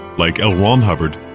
like l. ron hubbard,